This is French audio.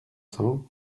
cent